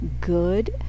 good